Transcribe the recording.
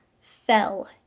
fell